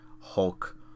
Hulk